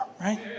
right